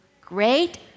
great